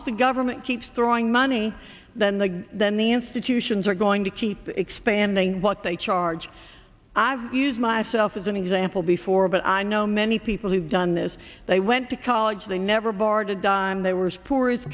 as the government keeps throwing money than the then the institutions are going to keep expanding what they charge i've used myself as an example before but i know many people who've done this they went to college they never borrowed a dime they were poor